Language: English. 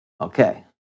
Okay